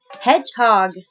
Hedgehog